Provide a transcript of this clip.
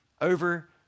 over